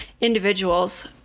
individuals